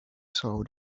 saw